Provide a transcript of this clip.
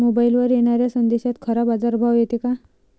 मोबाईलवर येनाऱ्या संदेशात खरा बाजारभाव येते का?